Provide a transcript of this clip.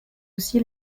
aussi